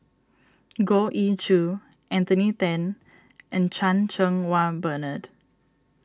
Goh Ee Choo Anthony then and Chan Cheng Wah Bernard